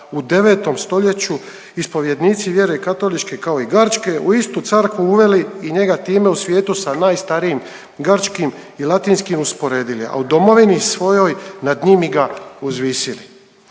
u 9. stoljeću ispovjednici vjere katoličke, kao i grčke u istu crkvu uveli i njega time u svijetu sa najstarijim grčkim i latinskim usporedili, a u domovini svojoj nad njim mi ga uzvisili.“